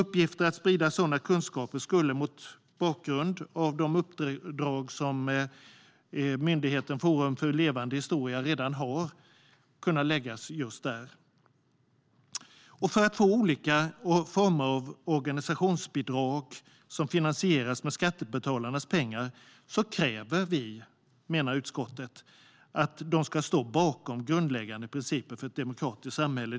Uppgiften att sprida sådana kunskaper skulle, mot bakgrund av de uppdrag som myndigheten redan har, kunna ges till Forum för levande historia. För att få olika former av organisationsbidrag som finansieras med skattebetalarnas pengar kräver vi i utskottet att de ska stå bakom grundläggande principer för ett demokratiskt samhälle.